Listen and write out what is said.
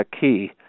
key